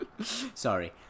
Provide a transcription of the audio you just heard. sorry